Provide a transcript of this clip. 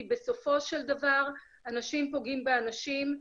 כי בסופו של דבר אנשים פוגעים באנשים,